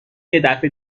یدفعه